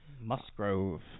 Musgrove